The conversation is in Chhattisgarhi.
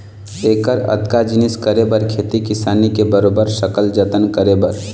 ऐकर अतका जिनिस करे बर खेती किसानी के बरोबर सकल जतन करे बर